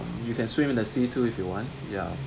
you can swim in the sea too if you want ya